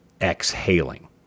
exhaling